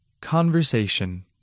Conversation